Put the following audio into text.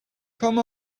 come